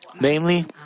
Namely